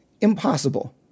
Impossible